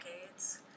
decades